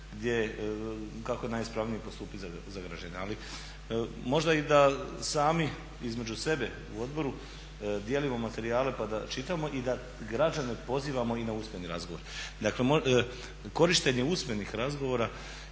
kako je najispravnije postupiti za građane. Ali možda i da sami između sebe u odboru dijelimo materijale pa da čitamo i da građene pozivamo i na usmeni razgovor. Dakle, korištenje usmenih razgovora